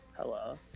hello